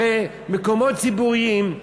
הרי מקומות ציבוריים,